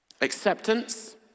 Acceptance